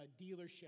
dealership